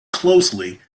closely